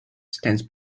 stands